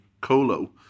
Colo